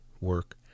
work